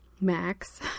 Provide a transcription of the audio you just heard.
Max